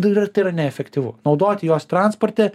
tai yra tai yra neefektyvu naudoti juos transporte